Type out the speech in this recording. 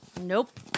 Nope